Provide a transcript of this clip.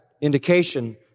indication